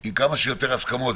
עם כמה שיותר הסכמות.